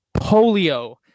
polio